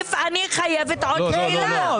לסעיף אני חייבת עוד שאלה.